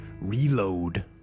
reload